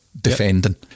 defending